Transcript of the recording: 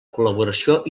col·laboració